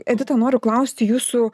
edita noriu klausti jūsų